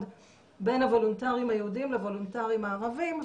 בין הוולונטריים היהודים לוולונטריים הערבים.